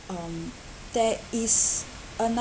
um there is another